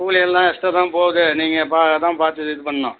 கூலியெல்லாம் extra தான் போகுது நீங்கள் பா அதான் பார்த்து இது பண்ணணும்